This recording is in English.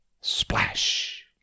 Splash